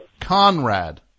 Conrad